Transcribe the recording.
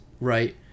right